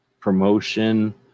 promotion